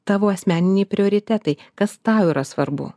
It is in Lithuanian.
tavo asmeniniai prioritetai kas tau yra svarbu